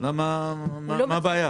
מה הבעיה?